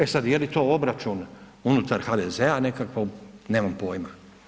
E sad, je li to obračun unutar HDZ-a nekakvom, nemam pojma.